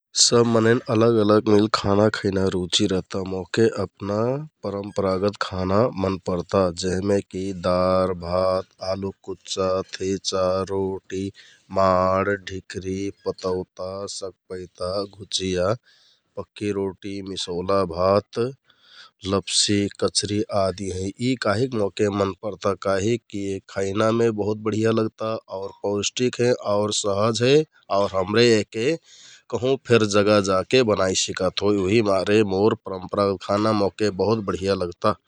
सब मनैंन अलग अलग खाना खैना रुचि रहता । मोहके अपना परम्परागत खाना मन परता जेहमेकि दार, भात, आलुक कुच्चा, थेचा, रोटि, माड, ढिकरि, पतौता, सकपैता, घुचिया, पक्कि रोटि, मिसौला भात, लप्सि, कचरि आदि हैं । इ काहिक मोहके मान परता काहिककि खइनामे बहुत बढिया लगता आउर पौष्टिक हे आउर बनैना सहज हे आउर हमरे यहके कहुँफेर जगा जाके बनाइ सिकत होइ । उहिमारे मोर परम्परागत खाना मोहके बहुत बढिया लगता ।